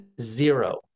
zero